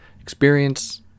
experience